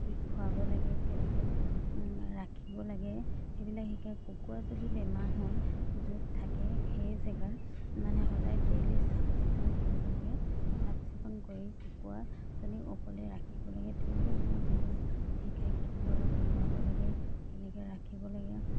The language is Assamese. কি খোৱাব লাগে কেনেকৈ ৰাখিব লাগে সেইবিলাক শিকাই কুকুৰা যদি বেমাৰ হয় য'ত থাকে সেই জেগাত মানে সদায় ডেইলি চাফ চিকুণ কৰিব লাগে চাফ চিকুণ কৰি কুকুৰাজনী অকলে ৰাখিব লাগে তেনেকৈ মানে বহুত শিকাই কি দৰৱ খোৱাব লাগে কেনেকৈ ৰাখিব লাগে